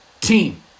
team